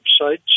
websites